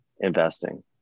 investing